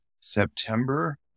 September